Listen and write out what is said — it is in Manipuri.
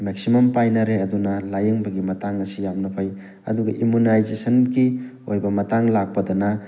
ꯃꯦꯛꯁꯤꯃꯝ ꯄꯥꯏꯅꯔꯦ ꯑꯗꯨꯅ ꯂꯥꯏꯌꯦꯡꯕꯒꯤ ꯃꯇꯥꯡ ꯑꯁꯤ ꯌꯥꯝꯅ ꯐꯩ ꯑꯗꯨꯒ ꯏꯃꯨꯅꯥꯏꯖꯦꯁꯟꯒꯤ ꯑꯣꯏꯕ ꯃꯇꯥꯡ ꯂꯥꯛꯄꯗꯅ